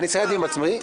אני סיכמתי עם עצמי?